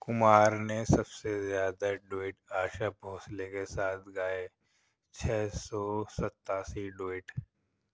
کمار نے سب سے زیادہ ڈوئٹ آشا بھوسلے کے ساتھ گائے چھ سو ستاسی ڈوئٹ